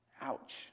Ouch